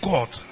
God